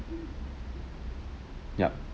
yep